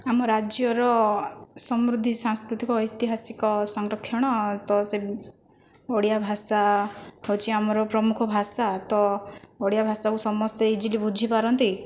ଆମ ରାଜ୍ୟର ସମୃଦ୍ଧି ସାଂସ୍କୃତିକ ଐତିହାସିକ ସଂରକ୍ଷଣ ତ ଓଡ଼ିଆ ଭାଷା ହେଉଛି ଆମର ପ୍ରମୁଖ ଭାଷା ତ ଓଡ଼ିଆ ଭାଷାକୁ ସମସ୍ତେ ଇଜିଲି ବୁଝି ପାରନ୍ତି